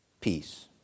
Peace